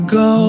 go